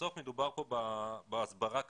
בסוף מדובר פה בהסברה קריטית,